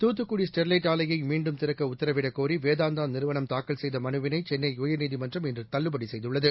Thoothukudi Sterlite ஆலையைமீண்டும் திறக்கஉத்தரவிடக்கோரிவேதாந்தாநிறுவனம் தாக்கல் செய்தமனுவினைசென்னைஉயர்நீதிமன்றம் இன்றுதள்ளுபடிசெய்துள்ளது